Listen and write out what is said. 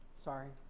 sorry.